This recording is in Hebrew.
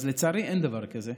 לצערי, אין דבר כזה,